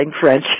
French